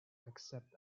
accept